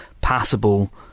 passable